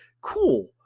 Cool